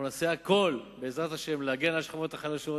אנחנו נעשה הכול כדי להגן על השכבות החלשות